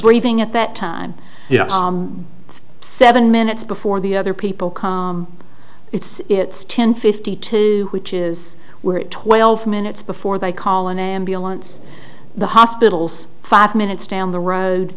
reading at that time seven minutes before the other people it's it's ten fifty two which is where it twelve minutes before they call an ambulance the hospitals five minutes down the road